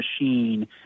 machine